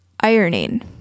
ironing